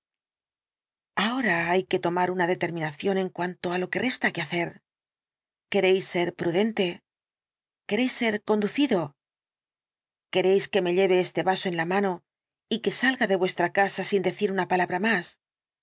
ahora hay que tomar una determinación en cuanto á lo que resta que hacer queréis ser prudente queréis ser conducido queréis que me lleve este vaso en la mano y que salga de vuestra casa sin decir una palabra más